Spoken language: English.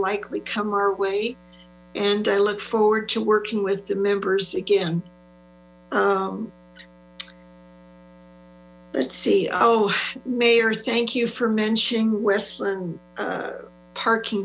likely come our way and i look forward to working with the members again let's see oh mayor thank you for mentioning westland parking